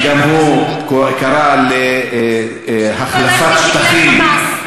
שגם הוא קרא להחלפת שטחים, דגלי "חמאס".